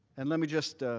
and let me just